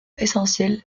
essentielle